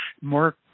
more